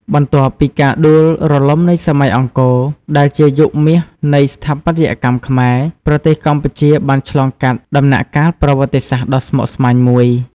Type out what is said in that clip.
បន្ទាប់ពីការដួលរលំនៃសម័យអង្គរ ដែលជាយុគមាសនៃស្ថាបត្យកម្មខ្មែរ ប្រទេសកម្ពុជាបានឆ្លងកាត់ដំណាក់កាលប្រវត្តិសាស្ត្រដ៏ស្មុគស្មាញមួយ។